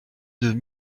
deux